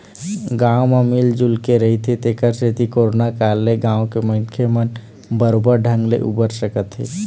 गाँव म मिल जुलके रहिथे तेखरे सेती करोना काल ले गाँव के मनखे मन बरोबर ढंग ले उबर सके हे